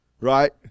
right